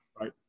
Right